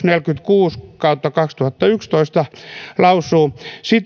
neljäkymmentäkuusi kautta kaksituhattayksitoista lausuu